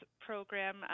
program